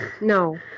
No